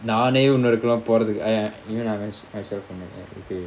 நானே ரூம் குலாம் போறதில்ல:naane room kulam porathilla